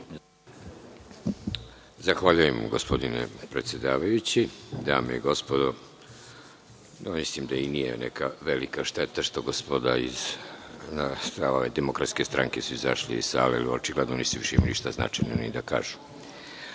Zahvaljujem, gospodine predsedavajući. Dame i gospodo, ja mislim da i nije neka velika šteta što su gospoda iz Demokratske stranke izašli iz sale, jer očigledno nisu više imali šta značajno i da kažu. Hteo